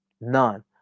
none